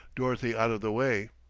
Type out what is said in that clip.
dorothy out of the way.